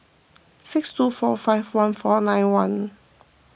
six two four five one four nine one